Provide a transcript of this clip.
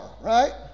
right